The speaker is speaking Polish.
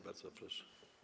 Bardzo proszę.